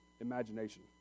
imagination